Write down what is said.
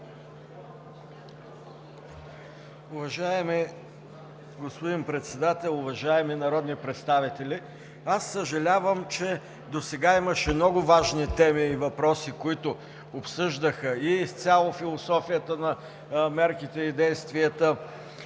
Уважаеми господин Председател, уважаеми народни представители! Аз съжалявам, че досега имаше много важни теми и въпроси, които обсъждаха и изцяло философията на мерките и действията,